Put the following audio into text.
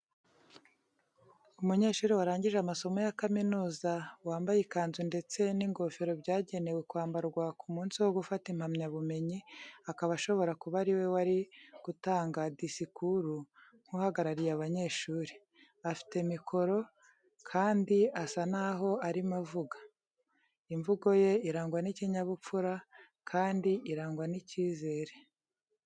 Umunyeshuri warangije amasomo ya kaminuza, wambaye ikanzu ndetse n'ingofero byagenewe kwambarwa ku munsi wo gufata impamyabumenyi, akaba ashobora kuba ari we wari gutanga disikuru nk'uhagarariye abanyeshuri. Afite mikoro, kandi asa n'aho arimo avuga. Imvugo ye irangwa n'ikinyabupfura kandi irangwa n'icyizere.